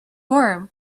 worm